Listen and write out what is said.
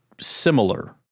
similar